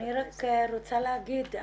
אני רק רוצה להגיד,